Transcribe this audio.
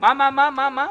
הוא